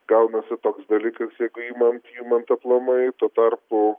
gaunasi toks dalykas jeigu imant imant aplamai tuo tarpu